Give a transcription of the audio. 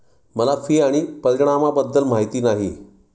मला फी आणि परिणामाबद्दल माहिती नाही